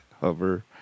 Hover